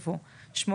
אחרי פרט 7 יבוא: "8.